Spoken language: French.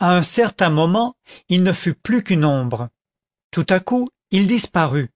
un certain moment il ne fut plus qu'une ombre tout à coup il disparut